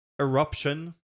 Eruption